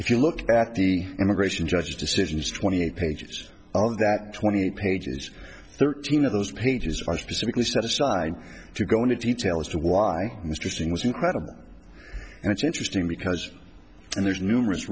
if you look at the immigration judge decisions twenty eight pages that twenty eight pages thirteen of those pages are specifically set aside if you go into detail as to why mr singh was incredible and it's interesting because there's numerous